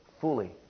fully